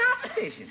competition